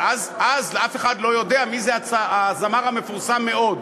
אבל אז אף אחד לא יודע מי זה הזמר המפורסם מאוד.